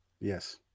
Yes